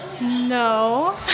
No